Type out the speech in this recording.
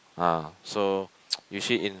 ah so usually in